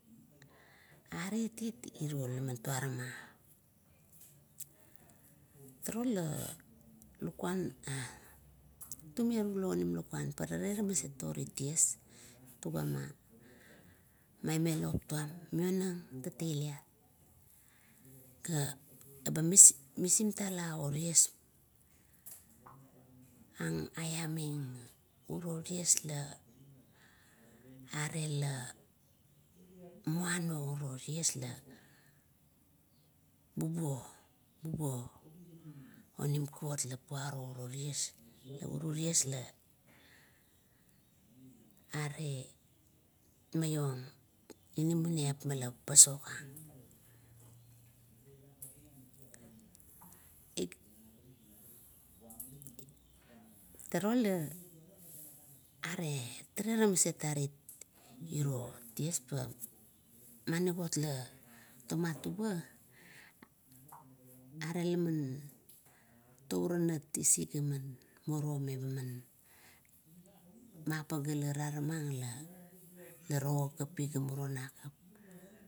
Arit it iralaman turama, truo la lakua, tume rulo onim lukuan parale rale maset ort ties. Tugama maime lop tuam mionang tafailit, ga misingtala otie, ag, ai iaing, uro tiew la are la muano ties la bubuo, bubuo oni kuot la buro uro ties. Uro ties la are maiong inamaniap mi la pasok ang. Turu la are talagan maset arit iro ties, pa are, maniguiot la tomat tuba, are la man touranatit orowa e manit laba taramang, la to iga kapit ga muruo nakap.